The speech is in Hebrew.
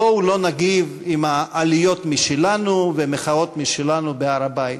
בואו לא נגיב עם עליות משלנו ומחאות משלנו בהר-הבית.